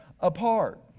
apart